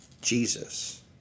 Jesus